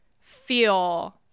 feel